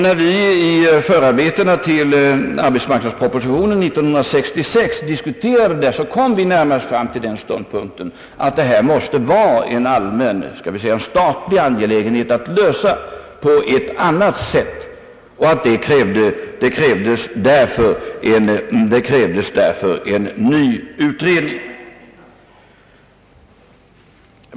När vi under förarbetena till arbetsmarknadspropositionen 1966 diskuterade detta kom vi närmast fram till den ståndpunkten, att det måste vara en allmän — dvs. statlig — angelägenhet att lösa frågan på ett annat sätt. Det krävdes därför en ny utredning.